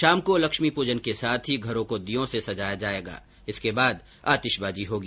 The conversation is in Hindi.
शाम को लक्ष्मी पूजन के साथ ही घर्रो को दीयों से सजाया जाएगा इसके बाद आतिशबाजी होगी